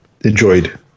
enjoyed